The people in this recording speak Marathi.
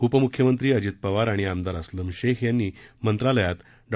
उपमुख्यमंत्री अजित पवार आणि आमदार अस्लम शेख यांनी मंत्रालयात डॉ